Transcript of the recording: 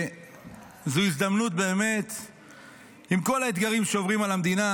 עם כל האתגרים שעוברים על המדינה,